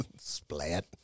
Splat